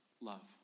love